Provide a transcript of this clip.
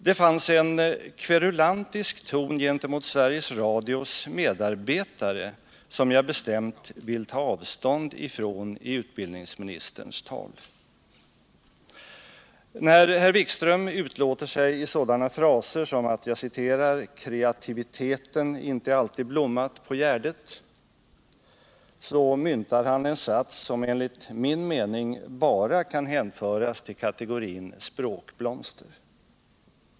Det fanns i utbildningsministerns tal en kverulantisk ton gentemot Sveriges Radios medarbetare, vilken jag bestämt vill ta avstånd ifrån. När herr Wikström använder sådana fraser som att ”kreativiteten inte alltid blommat på Gärdet”, myntar han en sats som enligt min mening bara kan hänföras till kategorin språkblomster.